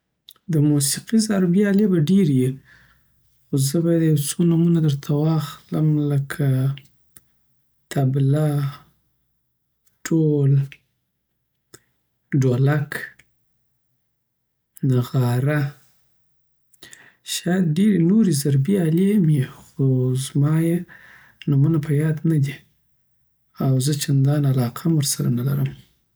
د موسقی ضربی آلی به ډیری وی خو زه به یی د یو څو نومونه درته واخم لکه طبله ډول ډولک نغاره شاید ډيری نوری ضربی آلی هم یی خو زمایی نومونه په یاد ندی او زه چندان علاقه ورسره نلرم